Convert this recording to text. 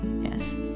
Yes